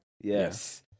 Yes